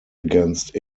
against